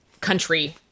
country